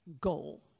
goal